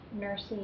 nursing